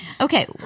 Okay